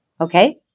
Okay